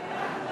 רגע,